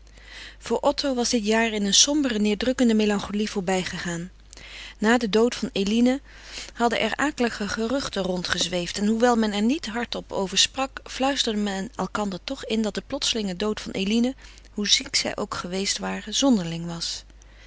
voor otto was dit jaar in eene sombere neêrdrukkende melancholie voorbijgegaan na den dood van eline hadden er akelige geruchten rondgezweefd en hoewel men er niet hard-op over sprak fluisterde men elkander toch in dat de plotselinge dood van eline hoe ziek zij ook geweest ware zonderling was